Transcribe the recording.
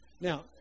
Now